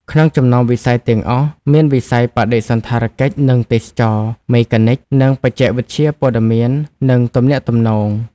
ក្នុងចំណោមវិស័យទាំងអស់ មានវិស័យបដិសណ្ឋារកិច្ចនិងទេសចរណ៍ មេកានិក និងបច្ចេកវិទ្យាព័ត៌មាននិងទំនាក់ទំនង។